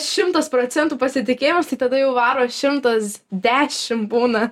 šimtas procentų pasitikėjimas tai tada jau varo šimtas dešim būna